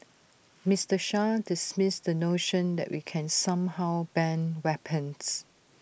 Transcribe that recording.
Mister Shah dismissed the notion that we can somehow ban weapons